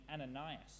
Ananias